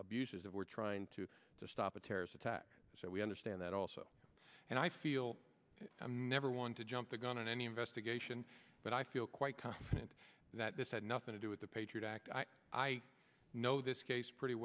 abuses of we're trying to stop a terrorist attack so we understand that also and i feel i'm never one to jump the gun on any investigation but i feel quite confident that this had nothing to do with the patriot act i know this case pretty